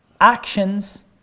actions